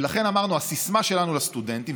ולכן אמרנו: הסיסמה שלנו לסטודנטים,